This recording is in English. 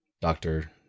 doctor